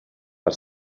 per